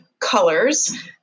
colors